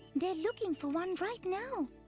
there looking for one right now.